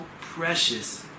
precious